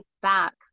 back